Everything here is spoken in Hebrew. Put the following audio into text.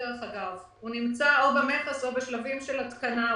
והוא נמצא במכס או בשלבים של התקנה.